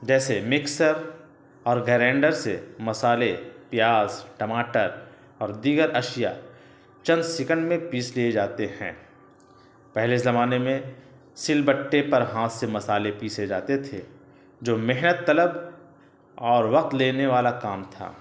جیسے مکسر اور گرینڈر سے مسالے پیاز ٹماٹر اور دیگر اشیاء چند سکنڈ میں پیس لیے جاتے ہیں پہلے زمانے میں سل بٹے پر ہاتھ سے مسالے پیسے جاتے تھے جو محنت طلب اور وقت لینے والا کام تھا